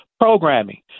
programming